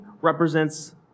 represents